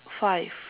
five